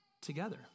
together